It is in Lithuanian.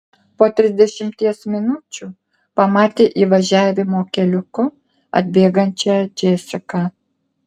po trisdešimties minučių pamatė įvažiavimo keliuku atbėgančią džesiką